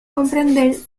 comprender